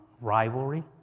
rivalry